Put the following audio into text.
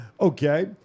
Okay